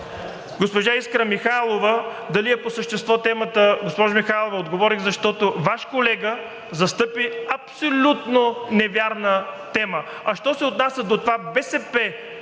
госпожа Искра Михайлова – дали е по същество темата. Госпожо Михайлова, отговорих, защото Ваш колега застъпи абсолютно невярна тема. А що се отнася до това БСП